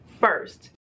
first